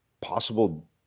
possible